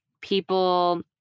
people